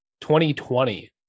2020